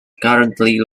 currently